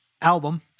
album